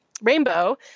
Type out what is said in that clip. Rainbow